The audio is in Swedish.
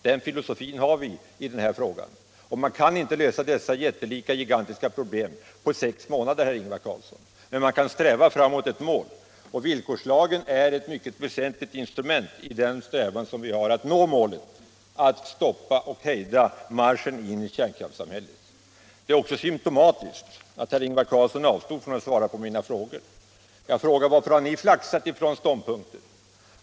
— Den filosofin har vi i den här frågan. Man kan inte lösa dessa gigantiska problem på sex månader, herr Ingvar Carlsson, men man kan sträva mot ett mål — och villkorslagen är ett mycket väsentligt instrument i vår strävan att nå målet: Att hejda marschen in i kärnkraftssamhället. Det är också symtomatiskt att herr Ingvar Carlsson avstod från att svara på mina frågor. Jag frågade bl.a.: Varför har ni flaxat från ståndpunkt till ståndpunkt?